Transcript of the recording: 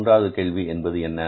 மூன்றாவது கேள்வி என்பது என்ன